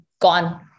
gone